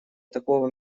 такого